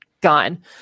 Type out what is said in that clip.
gone